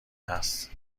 هست